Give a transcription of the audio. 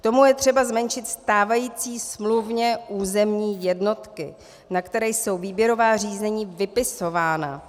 K tomu je třeba zmenšit stávající smluvně územní jednotky, na které jsou výběrová řízení vypisována.